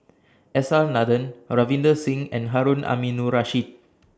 S R Nathan Ravinder Singh and Harun Aminurrashid